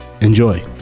Enjoy